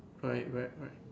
right right right